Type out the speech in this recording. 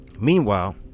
Meanwhile